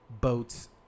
boats